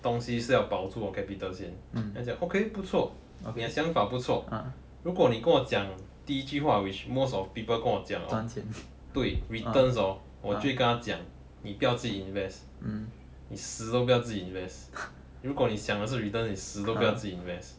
东西是要保住我 capital 先 okay 不错你的想法不错如果你跟我讲第一句话 which most of people 跟我讲对 returns hor 我就会跟他讲你不要自己 invest 你死都不要自己 invest 如果你想的是 return 你死都不要自己 invest